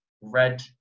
red